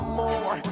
more